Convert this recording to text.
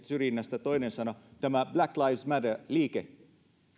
syrjinnästä toinen sana tämä black lives matter liike